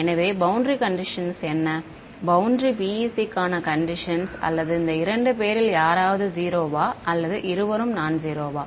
எனவே boundary conditions என்ன boundary PEC க்கான கண்டிஷன்ஸ் அல்லது இந்த இரண்டு பேரில் யாராவது ஜிரோவா அல்லது இருவரும் நான்ஜிரோவா